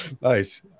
Nice